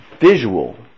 visual